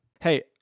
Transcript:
Hey